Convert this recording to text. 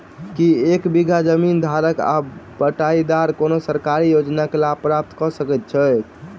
की एक बीघा जमीन धारक वा बटाईदार कोनों सरकारी योजनाक लाभ प्राप्त कऽ सकैत छैक?